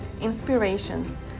inspirations